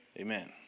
Amen